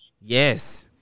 Yes